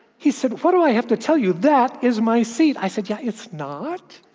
he said, what do i have to tell you? that is my seat! i said, yeah, it's not.